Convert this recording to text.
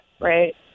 right